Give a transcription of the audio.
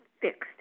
fixed